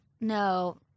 No